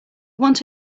want